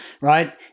right